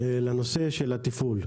לנושא של התפעול.